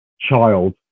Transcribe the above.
child